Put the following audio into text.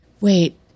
wait